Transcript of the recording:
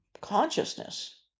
consciousness